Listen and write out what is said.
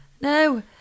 No